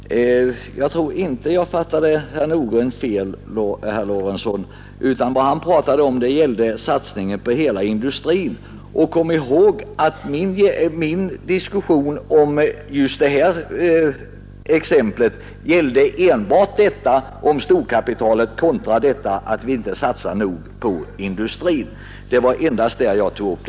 Herr talman! Jag tror inte att jag fattade herr Nordgren fel, herr Lorentzon, utan vad han talade om gällde satsningen på hela industrin. Kom ihåg att min argumentering om just detta exempel enbart gällde frågan om storkapitalet kontra det förhållandet att vi inte satsar nog på industrin. Det var endast den frågan jag tog upp.